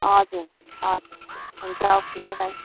हजुर हजुर हुन्छ ओके बाई